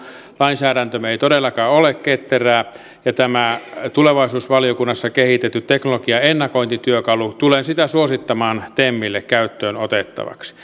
lainsäädäntömme ei todellakaan ole ketterää ja tätä tulevaisuusvaliokunnassa kehitettyä teknologian ennakointityökalua tulen suosittamaan temille käyttöönotettavaksi